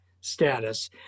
status